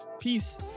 Peace